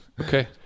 okay